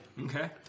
Okay